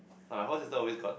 my first sister always got